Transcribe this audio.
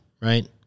right